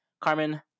Carmen